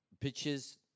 pictures